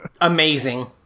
Amazing